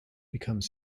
become